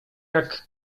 jak